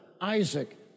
Isaac